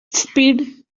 speed